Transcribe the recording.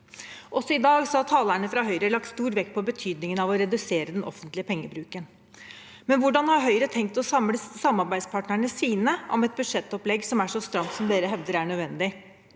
Også i dag har talerne fra Høyre lagt stor vekt på betydningen av å redusere den offentlige pengebruken. Men hvordan har Høyre tenkt å samle samarbeidspartnerne sine om et budsjettopplegg som er så stramt som det de hevder er nødvendig?